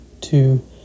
two